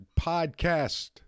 Podcast